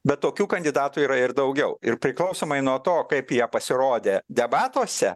bet tokių kandidatų yra ir daugiau ir priklausomai nuo to kaip jie pasirodė debatuose